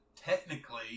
technically